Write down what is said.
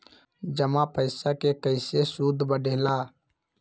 जमा पईसा के कइसे सूद बढे ला?